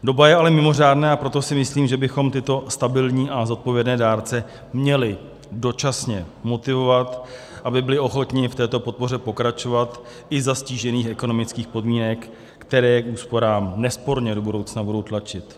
Doba je ale mimořádná, a proto si myslím, že bychom tyto stabilní a zodpovědné dárce měli dočasně motivovat, aby byli ochotni v této podpoře pokračovat i za ztížených ekonomických podmínek, které je k úsporám nesporně do budoucna budou tlačit.